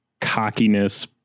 cockiness